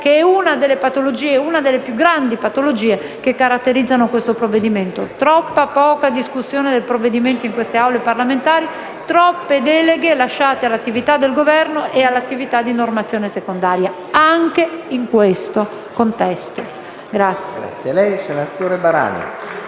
della delega, che è una delle più grandi patologie che caratterizzano questo provvedimento: troppa poca discussione del provvedimento nelle Aule parlamentari e troppe deleghe lasciate all'attività del Governo e all'attività di normazione secondaria, anche in questo contesto. *(Applausi